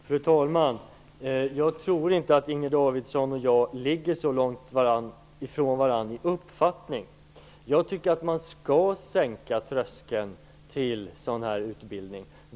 Fru talman! Jag tror inte att Inger Davidson och jag ligger så långt ifrån varandra i uppfattning. Jag tycker att man skall sänka tröskeln till sådan här utbildning.